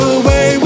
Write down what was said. away